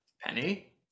Penny